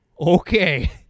okay